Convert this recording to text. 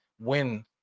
win